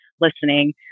listening